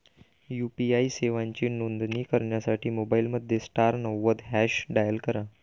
UPI सेवांची नोंदणी करण्यासाठी मोबाईलमध्ये स्टार नव्वद हॅच डायल करा